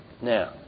Now